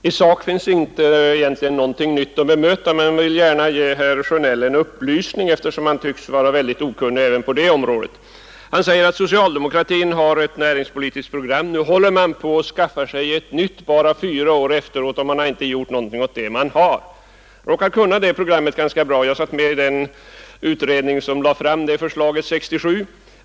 Fru talman! I sak finns det egentligen inte något nytt att bemöta, men jag vill gärna ge herr Sjönell en upplysning, eftersom han tycks vara okunnig även på det området. Han säger att socialdemokratin har ett näringspolitiskt program, men nu håller man på och skaffar sig ett nytt endast fyra år efteråt trots att man inte har gjort något åt det man har. Jag råkar kunna det programmet ganska bra. Jag satt med i den utredning som lade fram förslaget 1967.